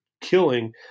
killing